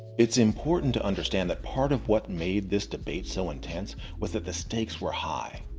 it's important to understand that part of what made this debate so intense was that the stakes were high.